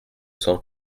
cent